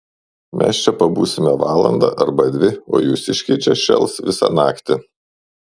mes čia pabūsime valandą arba dvi o jūsiškiai čia šėls visą naktį